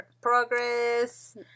progress